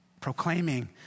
proclaiming